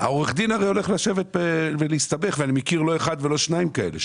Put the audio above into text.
עורך הדין הרי הולך להסתבך ואני מכיר לא אחד ולא שניים כאלה.